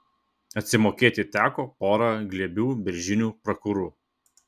atsimokėti teko pora glėbių beržinių prakurų